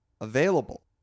available